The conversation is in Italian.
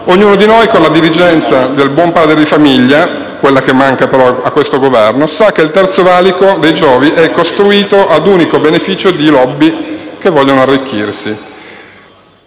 Ognuno di noi, con la diligenza del buon padre di famiglia - quella che manca a questo Governo - sa che il Terzo valico dei Giovi è costruito ad unico beneficio di *lobby* che vogliono arricchirsi.